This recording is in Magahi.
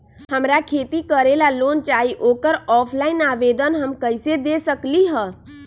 हमरा खेती करेला लोन चाहि ओकर ऑफलाइन आवेदन हम कईसे दे सकलि ह?